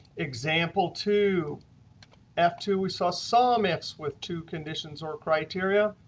example two f two. we saw saw sumifs with two conditions or criteria.